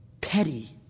petty